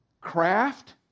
craft